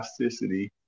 toxicity